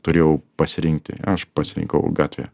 turėjau pasirinkti aš pasirinkau gatvę